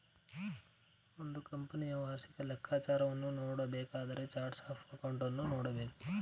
ಒಂದು ಕಂಪನಿಯ ವಾರ್ಷಿಕ ಲೆಕ್ಕಾಚಾರವನ್ನು ನೋಡಬೇಕಾದರೆ ಚಾರ್ಟ್ಸ್ ಆಫ್ ಅಕೌಂಟನ್ನು ನೋಡಬೇಕು